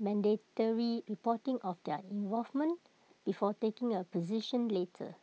mandatory reporting of their involvement before taking A position later